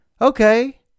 okay